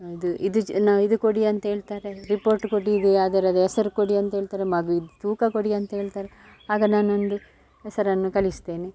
ಇದು ಇದು ಜನ ಇದು ನಾವು ಕೊಡಿ ಅಂತ ಹೇಳ್ತಾರೆ ರಿಪೋರ್ಟ್ ಕೊಡಿ ಈ ಆಧಾರದ್ದು ಹೆಸರ್ ಕೊಡಿ ಅಂತ್ಹೇಳ್ತಾರೆ ಮಗುವಿದ್ದು ತೂಕ ಕೊಡಿ ಅಂತ್ಹೇಳ್ತಾರೆ ಆಗ ನಾನೊಂದು ಹೆಸರನ್ನು ಕಳಿಸ್ತೇನೆ